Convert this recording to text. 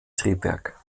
triebwerk